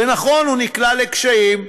ונכון, הוא נקלע לקשיים.